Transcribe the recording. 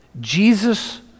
Jesus